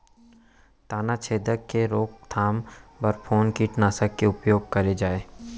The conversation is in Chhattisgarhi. तनाछेदक के रोकथाम बर कोन कीटनाशक के उपयोग करे जाये?